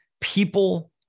people